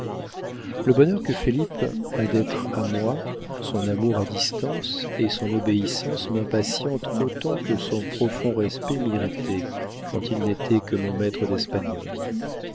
le bonheur que felipe a d'être à moi son amour à distance et son obéissance m'impatientent autant que son profond respect m'irritait quand il n'était que mon maître d'espagnol